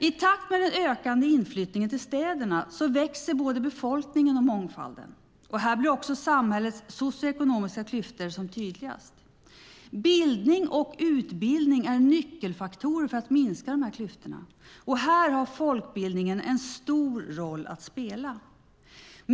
I takt med den ökade inflyttningen till städerna växer både befolkningen och mångfalden. Här blir också samhällets socioekonomiska klyftor som tydligast. Bildning och utbildning är nyckelfaktorer för att minska klyftorna. Här har folkbildningen en stor roll att spela.